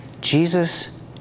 Jesus